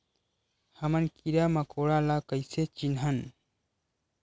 हमन कीरा मकोरा ला कइसे चिन्हन?